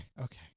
okay